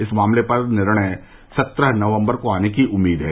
इस मामले पर निर्णय सत्रह नवंबर को आने की उम्मीद है